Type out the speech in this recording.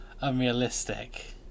unrealistic